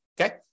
okay